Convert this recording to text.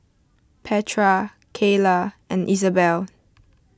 Petra Keila and Isabel